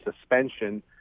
suspension